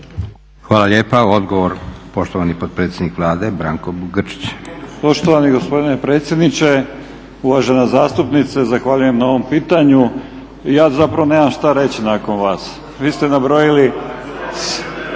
Hvala lijepa. Odgovor, poštovani potpredsjednik Vlade Branko Grčić. **Grčić, Branko (SDP)** Poštovani gospodine predsjedniče, uvažena zastupnice zahvaljujem na ovom pitanju. Ja zapravo nemam što reći nakon vas. Vi ste nabrojili